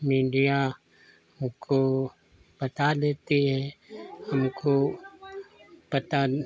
media हमको बता देती है हमको पता